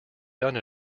done